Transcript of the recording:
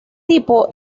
tipo